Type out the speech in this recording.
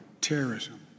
Terrorism